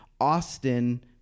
Austin